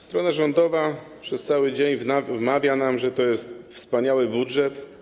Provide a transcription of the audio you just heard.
Strona rządowa przez cały dzień wmawia nam, że to jest wspaniały budżet.